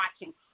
watching